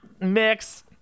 mix